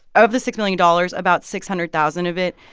of the six million dollars, about six hundred thousand of it,